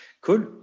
Cool